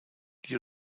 die